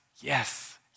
Yes